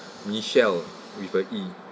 michelle with a E